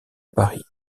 paris